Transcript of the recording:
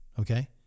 Okay